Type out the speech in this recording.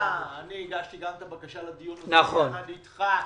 הגשתי גם את הבקשה לדיון הזה יחד איתך.